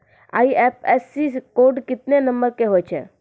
IFSC code केत्ते नंबर के होय छै